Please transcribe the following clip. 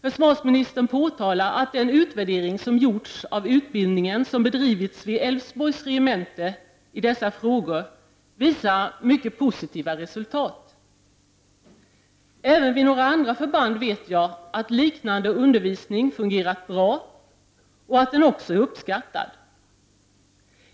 Försvarsministern framhåller att den utvärdering som gjorts av utbildningen som bedrivits vid Älvsborgs regemente i dessa frågor visar mycket positiva resultat. Jag vet att liknande undervisning även vid några andra förband fungerat bra och att den också är uppskattad.